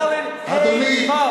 חרדים.